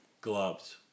Gloves